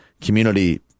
community